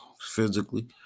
physically